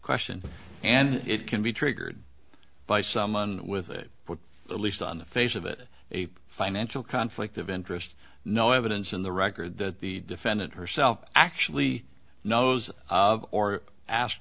question and it can be triggered by someone with it at least on the face of it a financial conflict of interest no evidence in the record that the defendant herself actually knows or ask